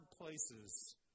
places